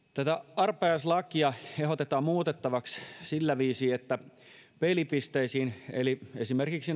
arpajaislakia ehdotetaan muutettavaksi sillä viisiin että pelipisteisiin eli esimerkiksi